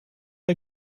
der